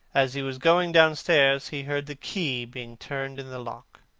as he was going downstairs, he heard the key being turned in the lock.